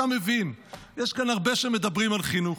אתה מבין, יש כאן הרבה שמדברים על חינוך,